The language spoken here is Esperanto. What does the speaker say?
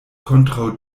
kontraŭ